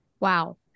Wow